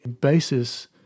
basis